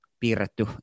piirretty